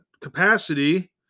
capacity